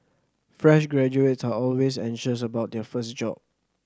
fresh graduates are always anxious about their first job